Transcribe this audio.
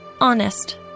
Honest